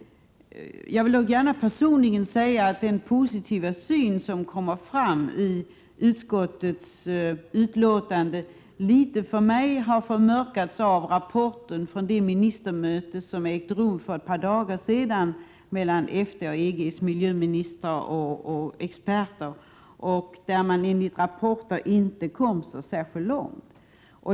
Jag vill dock gärna personligen säga att den positiva syn som kommer fram i utskottets betänkande har förmörkats något av rapporten från det ministermöte som ägde rum för ett par dagar sedan mellan EFTA:s och EG:s miljöministrar och experter. Enligt rapporten kom man där inte särskilt långt.